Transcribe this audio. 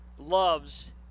loves